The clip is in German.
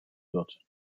wird